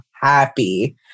happy